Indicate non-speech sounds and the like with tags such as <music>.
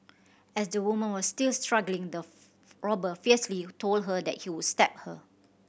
as the woman was still struggling the <unintelligible> robber fiercely told her that he would stab her